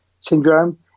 syndrome